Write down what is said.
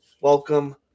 welcome